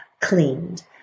cleaned